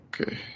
okay